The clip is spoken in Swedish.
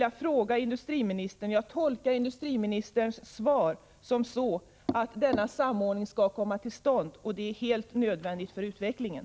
Jag tolkar industriministerns svar så, att denna samordning skall komma till stånd, vilket är helt nödvändigt för utvecklingen.